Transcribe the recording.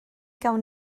gawn